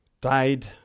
died